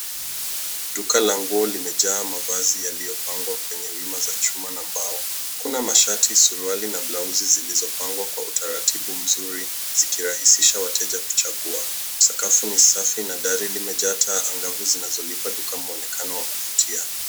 Duka la nguo limejaa mavazi yaliyopangwa kwenye wima za chuma na mbao. Kuna mashati, suruali na blausi zilizopangwa kwa utaratibu mzuri zikirahisisha wateja kuchagua. Sakafu ni safi na dari limejaa taa angavu zinazolipa duka mwonekano wa kuvutia.